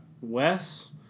Wes